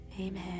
amen